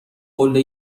قله